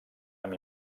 amb